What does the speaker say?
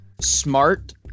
smart